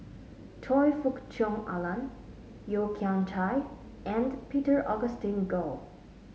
Choe Fook Cheong Alan Yeo Kian Chye and Peter Augustine Goh